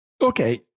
Okay